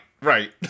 Right